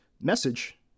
message